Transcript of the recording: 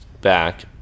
back